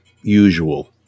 usual